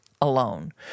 alone